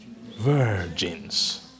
Virgins